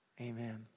Amen